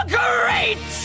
great